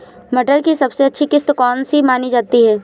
मटर की सबसे अच्छी किश्त कौन सी मानी जाती है?